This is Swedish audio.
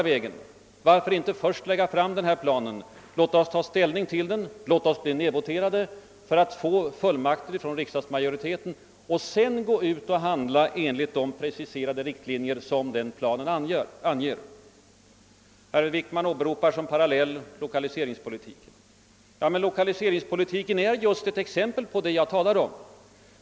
Varför inte först lägga fram planen, låta oss ta ställning till den eventuellt och bli nedvoterade och på det sättet få fullmakt från riksdagsmajoriteten för att sedan kunna handla enligt de riktlinjer som planen anger? Herr Wickman åberopade lokaliseringspolitiken som parallell. Men lokaliseringspolitiken är just ett exempel på det jag talade om.